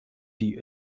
die